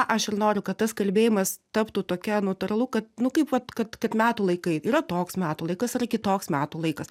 aš ir noriu kad tas kalbėjimas taptų tokia natūralu kad nu kaip vat kad kad kaip metų laikai yra toks metų laikas yra kitoks metų laikas